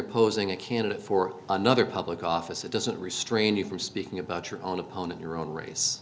opposing a candidate for another public office it doesn't restrain you from speaking about your own opponent your own race